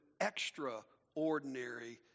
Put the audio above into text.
extraordinary